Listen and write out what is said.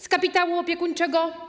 Z kapitału opiekuńczego?